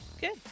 good